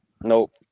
Nope